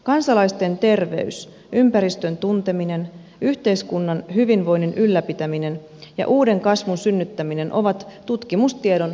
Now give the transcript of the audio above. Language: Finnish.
kansalaisten terveys ympäristön tunteminen yhteiskunnan hyvinvoinnin ylläpitäminen ja uuden kasvun synnyttäminen ovat tutkimustiedon varassa